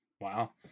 Wow